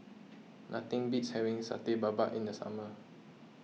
nothing beats having Satay Babat in the summer